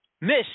Miss